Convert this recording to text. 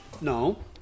No